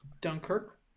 Dunkirk